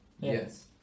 Yes